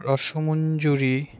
Rasamanjuri